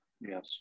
Yes